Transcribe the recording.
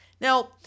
Now